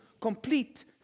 complete